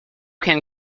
can